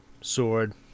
sword